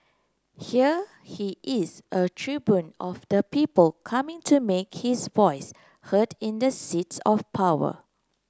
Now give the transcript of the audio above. here he is a tribune of the people coming to make his voice heard in the seats of power